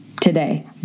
today